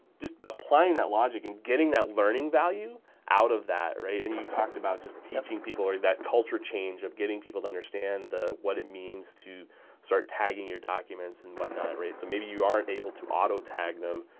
just applying that logic and getting that learning value out of that, right? and you talked about just teaching people or that culture change of getting people to understand what it means to start tagging your documents and what not, right? so maybe you aren't able to auto-tag them,